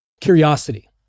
curiosity